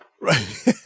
Right